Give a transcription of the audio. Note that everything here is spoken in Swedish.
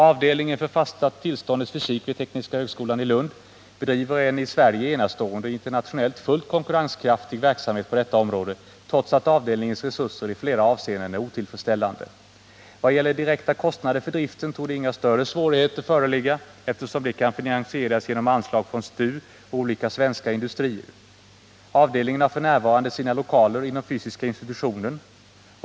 Avdelningen för fasta tillståndets fysik vid tekniska högskolan i Lund bedriver en i Sverige enastående och internationellt fullt konkurrenskraftig verksamhet på detta område, trots att avdelningens resurser i flera avseenden är otillfredsställande. Vad gäller direkta kostnader för driften torde inte större svårigheter föreligga, eftersom den kan finansieras genom anslag från STU och olika svenska industrier. Avdelningen har f. n. sina lokaler inom fysiska institutionen.